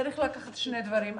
צריך לקחת שני דברים.